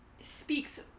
speaks